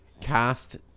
cast